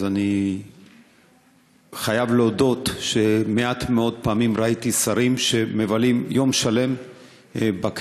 אני חייב להודות שמעט מאוד פעמים ראיתי שרים שמבלים יום שלם בכנסת,